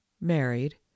married